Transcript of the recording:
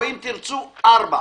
או אם תרצו ארבע,